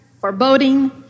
foreboding